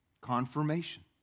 Confirmation